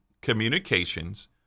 communications